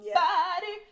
body